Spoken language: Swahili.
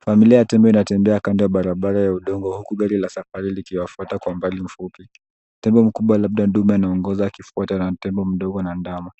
Familia ya tembo inatembea kando ya barabara ya udongo, wakiwa wafuata kwa umbali mfupi. Tembo mkubwa, labda ndume, anaongoza, akifuatiwa na tembo mdogo na ndama.